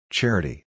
Charity